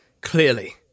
clearly